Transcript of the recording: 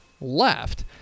left